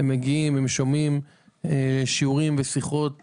לשם הם מגיעים ושומעים שיעורים והרצאות